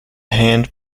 hand